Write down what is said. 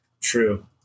True